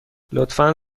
لطفا